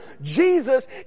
Jesus